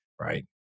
Right